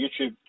YouTube